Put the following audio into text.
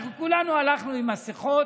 אנחנו כולנו הלכנו עם מסכות.